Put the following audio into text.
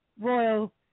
Royal